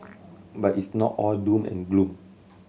but it's not all doom and gloom